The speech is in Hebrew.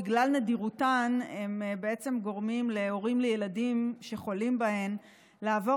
בגלל נדירותן הן בעצם גורמות להורים לילדים שחולים בהן לעבור